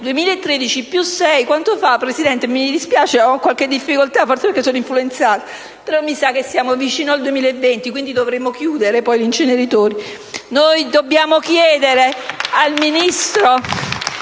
2013 più sei quanto fa, Presidente? Mi dispiace, ho qualche difficoltà, forse perché sono influenzata, però mi sa che siamo vicino al 2020, quindi poi dovremo chiudere gli inceneritori. *(Applausi dal Gruppo